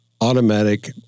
automatic